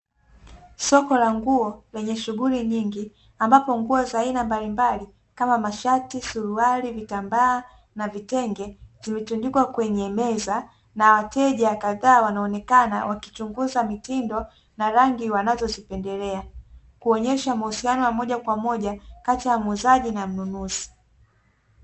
soko la nguo lenye shughuli nyingi ambapo nguo za aina mbalimbali kama mashati vitenge, vimetundikwa kwenye meza na wateja kazaa wanaonekana wakichunguza mitindo na rangi, wanazozipendelea kuonesha mahusiano ya moja kwa moja kati ya muuzaji na mnunuzi.